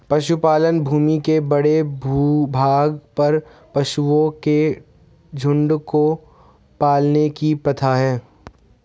पशुपालन भूमि के बड़े भूभाग पर पशुओं के झुंड को पालने की प्रथा है